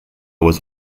was